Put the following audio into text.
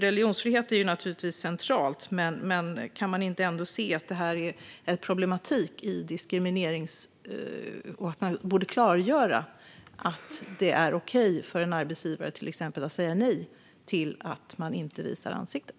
Religionsfrihet är naturligtvis centralt, men kan man ändå inte se att det här är ett diskrimineringsproblem och att man borde klargöra att det till exempel är okej för en arbetsgivare att säga nej till att inte visa ansiktet?